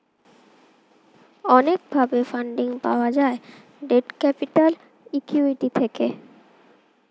অনেক ভাবে ফান্ডিং পাওয়া যায় ডেট ক্যাপিটাল, ইক্যুইটি থেকে